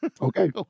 Okay